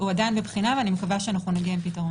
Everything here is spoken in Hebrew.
הוא עדיין בבחינה, ואני מקווה שנגיע עם פתרון.